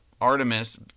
Artemis